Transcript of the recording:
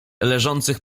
leżących